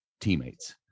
teammates